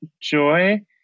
joy